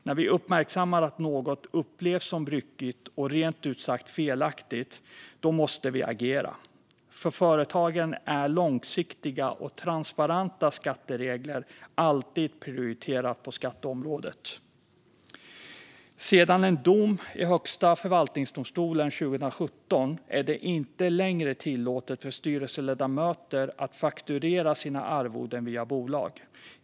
När vi uppmärksammar att något upplevs som ryckigt och rent ut sagt felaktigt måste vi agera. För företagen är långsiktiga och transparenta skatteregler alltid prioriterat på skatteområdet. Sedan en dom i Högsta förvaltningsdomstolen 2017 är det inte längre tillåtet för styrelseledamöter att fakturera sina arvoden via bolag.